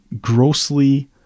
grossly